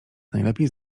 najlepiej